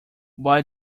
why